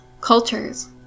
cultures